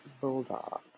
bulldog